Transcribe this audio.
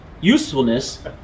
usefulness